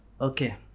Okay